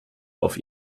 auf